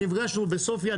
נפגשנו בסופיה,